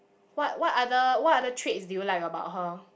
what what other what other traits do you like about her